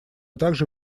также